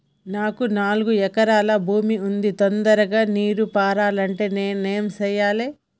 మాకు నాలుగు ఎకరాల భూమి ఉంది, తొందరగా నీరు పారాలంటే నేను ఏం చెయ్యాలే?